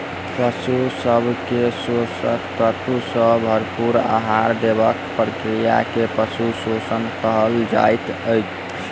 पशु सभ के पोषक तत्व सॅ भरपूर आहार देबाक प्रक्रिया के पशु पोषण कहल जाइत छै